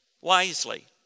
wisely